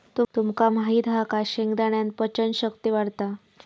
तुमका माहित हा काय शेंगदाण्यान पचन शक्ती वाढता